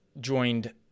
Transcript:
joined